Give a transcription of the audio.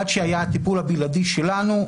עד שהיה הטיפול הבלעדי שלנו,